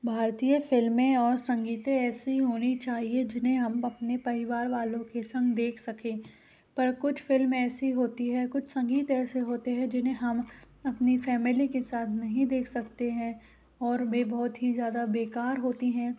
भारतीय फ़िल्में और संगीते ऐसी होनी चाहिये जिन्हें हम अपने परिवार वालों के संग देख सकें पर कुछ फ़िल्म ऐसी होती है कुछ संगीत ऐसे होते हैं जिन्हें हम अपनी फ़ैमेली के साथ नहीं देख सकते हैं और वे बहुत ही ज़्यादा बेकार होती हैं